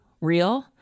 real